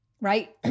right